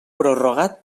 prorrogat